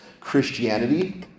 Christianity